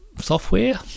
software